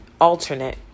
alternate